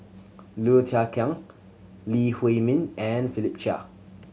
Low Thia Khiang Lee Huei Min and Philip Chia